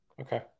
Okay